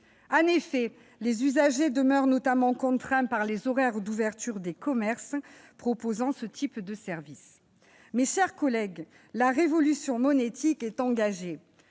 de billets. Les usagers demeurent notamment contraints par les horaires d'ouverture des commerces proposant ce type de services. Mes chers collègues, la révolution monétique est engagée.